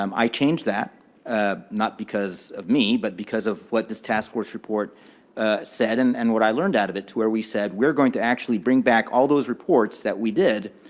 um i changed that ah not because of me, but because of what this task force report ah said, and and what i learned out of it to where we said, we're going to actually bring back all those reports that we did,